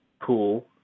pool